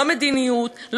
לא מדיניות,